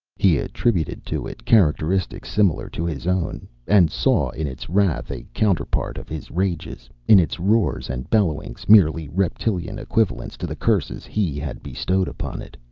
he attributed to it characteristics similar to his own, and saw in its wrath a counterpart of his rages, in its roars and bellowings merely reptilian equivalents to the curses he had bestowed upon it.